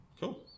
Cool